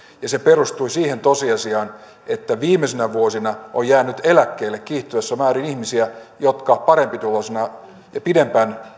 se perustui siihen tosiasiaan että viimeisinä vuosina on jäänyt eläkkeelle kiihtyvässä määrin ihmisiä jotka parempituloisina ja pidempään